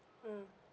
mm